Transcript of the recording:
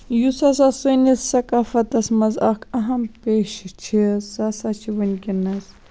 یُس ہسا سٲنِس سَقافَتَس منٛز اکھ اَہم پیشہٕ چھُ سُہ سا چھُ وٕنکیٚنَس